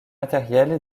matérielles